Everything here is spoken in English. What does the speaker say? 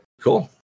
cool